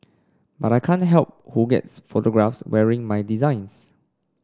but I can't help who gets photographed wearing my designs